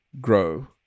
grow